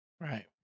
Right